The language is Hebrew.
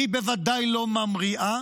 היא בוודאי לא ממריאה.